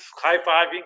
high-fiving